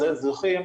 לזוכים,